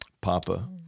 Papa